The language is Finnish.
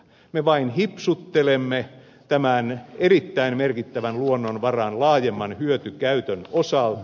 me vain hipsuttelemme tämän erittäin merkittävän luonnonvaran laajemman hyötykäytön osalta